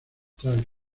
tras